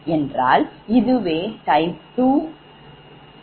என்றால் இதுவே type 2